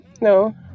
no